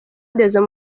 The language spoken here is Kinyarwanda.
indezo